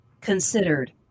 considered